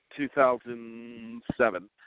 2007